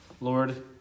Lord